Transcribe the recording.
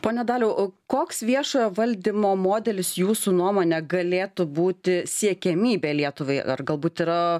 pone daliau o koks viešojo valdymo modelis jūsų nuomone galėtų būti siekiamybė lietuvai ar galbūt yra